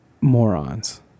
morons